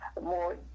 more